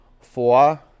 Four